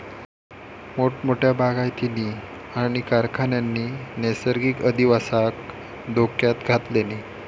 मोठमोठ्या बागायतींनी आणि कारखान्यांनी नैसर्गिक अधिवासाक धोक्यात घातल्यानी